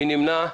מי נמנע?